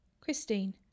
Christine